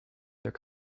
their